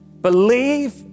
Believe